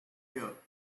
here